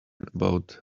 about